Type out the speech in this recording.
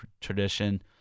tradition